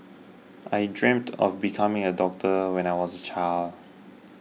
I dreamt of becoming a doctor when I was a child